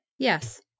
Yes